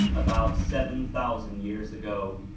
about seven thousand years ago.